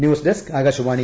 news desk Akashvani